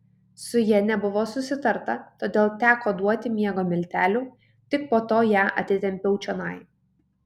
su ja nebuvo susitarta todėl teko duoti miego miltelių tik po to ją atitempiau čionai